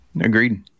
Agreed